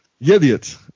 idiot